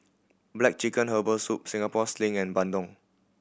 black chicken herbal soup Singapore Sling and bandung